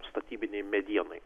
statybinei medienai